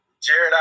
Jared